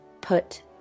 put